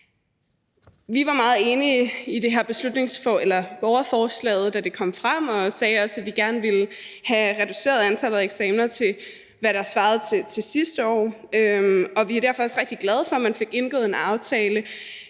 Vi var meget enige med borgerforslaget, da det kom frem, og vi sagde også, at vi gerne ville have reduceret antallet af eksamener, så det svarede til sidste år, og vi er derfor også rigtig glade for, at man fik indgået en aftale,